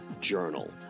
Journal